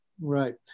Right